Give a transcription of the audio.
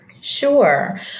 Sure